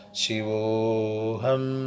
shivoham